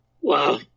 Wow